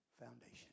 foundation